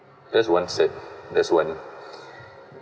there's one set that's one